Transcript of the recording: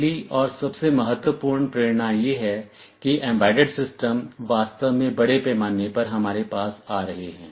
पहली और सबसे महत्वपूर्ण प्रेरणा यह है कि एम्बेडेड सिस्टम वास्तव में बड़े पैमाने पर हमारे पास आ रहे हैं